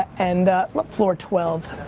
and floor twelve.